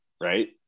right